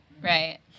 right